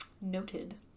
Noted